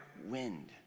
wind